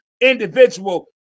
individual